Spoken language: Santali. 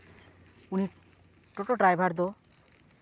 ᱩᱱᱤ ᱴᱳᱴᱳ ᱰᱨᱟᱭᱵᱷᱟᱨ ᱫᱚ